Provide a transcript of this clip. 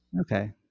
Okay